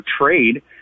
trade